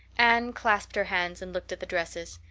anne clasped her hands and looked at the dresses.